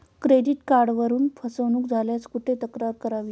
Credit कार्डवरून फसवणूक झाल्यास कुठे तक्रार करावी?